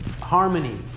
harmony